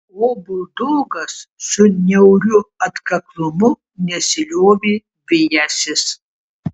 o buldogas su niauriu atkaklumu nesiliovė vijęsis